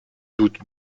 doute